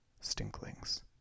Stinklings